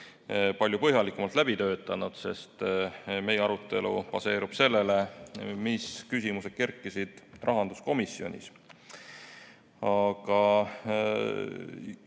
palju põhjalikumalt läbi töötanud. Meie arutelu baseerub sellel, mis küsimused kerkisid rahanduskomisjonis. Aga